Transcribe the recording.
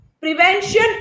prevention